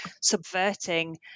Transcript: subverting